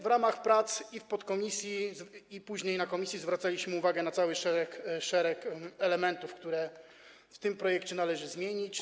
W ramach prac i w podkomisji, i później na posiedzeniu komisji zwracaliśmy uwagę na cały szereg elementów, które w tym projekcie należy zmienić.